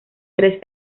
tres